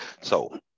So-